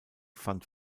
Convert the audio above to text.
fand